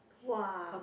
!wah!